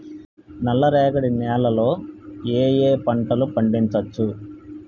నల్లరేగడి నేల లో ఏ ఏ పంట లు పండించచ్చు?